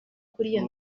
kuriya